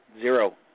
zero